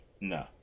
No